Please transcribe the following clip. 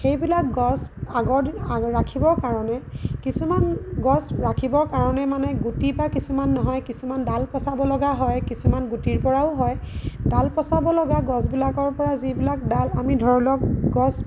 সেইবিলাক গছ আগৰ দিন ৰাখিবৰ কাৰণে কিছুমান গছ ৰাখিবৰ কাৰণে মানে গুটিৰ পৰা কিছুমান নহয় কিছুমান ডাল পচাব লগা হয় কিছুমান গুটিৰ পৰাও হয় ডাল পচাব লগা গছবিলাকৰ পৰা যিবিলাক ডাল আমি ধৰি লওক গছ